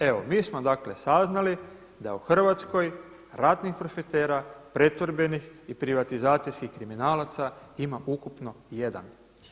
Evo, mi smo dakle saznali da u Hrvatskoj ratnih profitera pretvorbenih i privatizacijskih kriminalaca ima ukupno jedan.